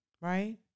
right